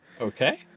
Okay